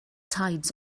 tides